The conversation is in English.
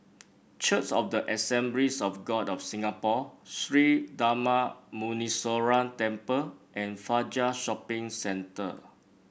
Church of the Assemblies of God of Singapore Sri Darma Muneeswaran Temple and Fajar Shopping Centre